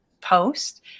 post